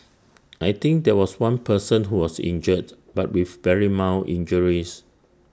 I think there was one person who was injured but with very mild injuries